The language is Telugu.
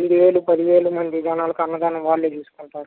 ఐదు వేలు పది వేలు మంది జనాలుకి అన్నదానం వాళ్ళే చూసుకుంటారు